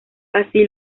así